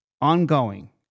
ongoing